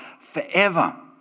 forever